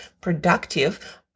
productive